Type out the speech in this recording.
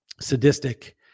sadistic